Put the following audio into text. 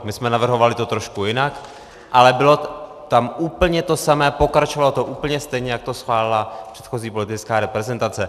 My jsme to navrhovali trošku jinak, ale bylo tam úplně to samé, pokračovalo to úplně stejně, jak to schválila předchozí politická reprezentace.